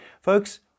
Folks